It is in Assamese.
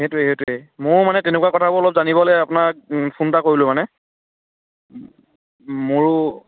সেইটোৱে সেইটোৱে ময়ো মানে তেনেকুৱা কথাবোৰ অলপ জানিবলৈ আপোনাক ফোন এটা কৰিলোঁ মানে মোৰো